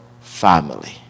family